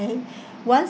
once